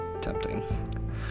tempting